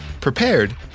prepared